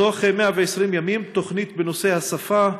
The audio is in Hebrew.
בתוך 120 ימים תוכנית בנושא השפה,